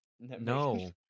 No